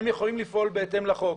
הם יכולים לפעול בהתאם לחוק.